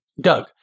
Doug